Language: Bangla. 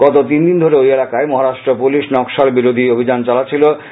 গত তিনদিন ধরে ঐ এলাকায় মহারাষ্ট্র পুলিশ নক্সাল বিরোধী অভিযান চালাচ্ছিলো